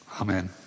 Amen